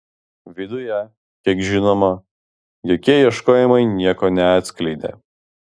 viduje kiek žinoma jokie ieškojimai nieko neatskleidė